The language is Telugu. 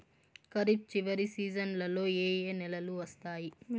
ఖరీఫ్ చివరి సీజన్లలో ఏ ఏ నెలలు వస్తాయి